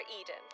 Eden